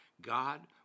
God